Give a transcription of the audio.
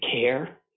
care